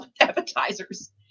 appetizers